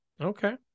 okay